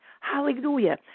Hallelujah